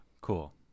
Cool